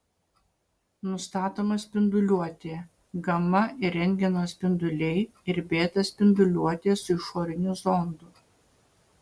nustatoma spinduliuotė gama ir rentgeno spinduliai ir beta spinduliuotė su išoriniu zondu